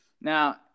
Now